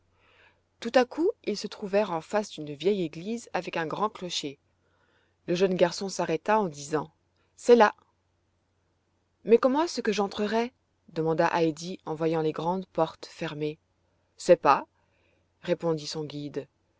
tout à coup ils se trouvèrent en face d'une vieille église avec un grand clocher le jeune garçon s'arrêta en disant c'est là mais comment est-ce que j'entrerai demanda heidi en voyant les grandes portes fermées sais pas répondit son guide